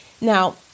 Now